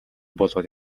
болоод